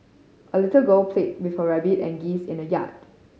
a little girl played with her rabbit and geese in the yard